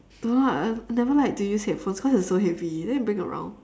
don't know I I never liked to use headphones cause it's so heavy then you bring around